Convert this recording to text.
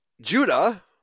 Judah